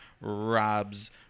Rob's